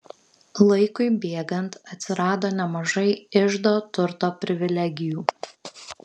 laikui bėgant atsirado nemažai iždo turto privilegijų